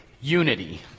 unity